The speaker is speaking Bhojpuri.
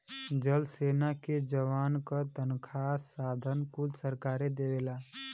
जल सेना के जवान क तनखा साधन कुल सरकारे देवला